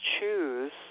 choose